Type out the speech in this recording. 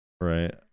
right